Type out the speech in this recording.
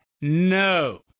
No